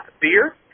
beer